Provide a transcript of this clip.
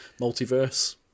Multiverse